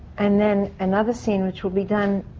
and then another scene, which will be done.